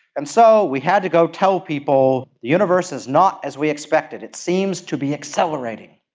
and so we had to go tell people the universe is not as we expected, it seems to be accelerating.